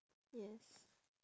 yes